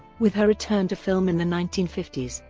with her return to film in the nineteen fifty s,